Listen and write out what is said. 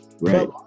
right